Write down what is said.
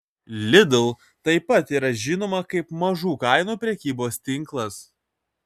lidl taip pat yra žinoma kaip mažų kainų prekybos tinklas